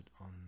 on